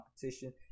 competition